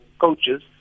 coaches